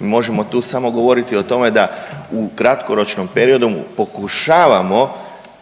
mi možemo tu samo govoriti o tome da u kratkoročnom periodu pokušavamo